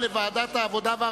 לדיון מוקדם בוועדת העבודה,